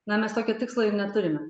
na mes tokio tikslo ir neturime